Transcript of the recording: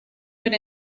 good